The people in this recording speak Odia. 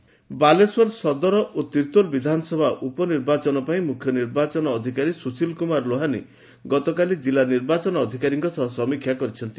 ସମୀକ୍ଷା ବାଲେଶ୍ୱର ସଦର ଓ ତିର୍ଉୋଲ ବିଧାନସଭା ଉପନିର୍ବାଚନ ପାଇଁ ମୁଖ୍ୟ ନିର୍ବାଚନ ଅଧିକାରୀ ସୁଶୀଲ କୁମାର ଲୋହାନି ଗତକାଲି ଜିଲ୍ଲା ନିର୍ବାଚନ ଅଧିକାରୀଙ୍କ ସହ ସମୀକ୍ଷା କରିଛନ୍ତି